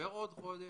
עובר חודש,